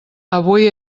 avui